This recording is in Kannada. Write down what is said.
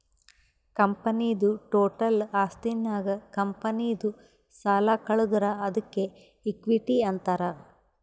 ಕಂಪನಿದು ಟೋಟಲ್ ಆಸ್ತಿನಾಗ್ ಕಂಪನಿದು ಸಾಲ ಕಳದುರ್ ಅದ್ಕೆ ಇಕ್ವಿಟಿ ಅಂತಾರ್